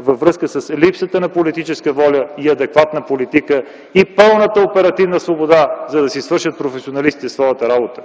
във връзка с липсата на политическа воля, адекватна политика и липсата на пълна оперативна свобода, за да си свършат професионалистите работата?